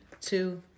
two